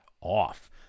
off